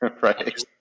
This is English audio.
right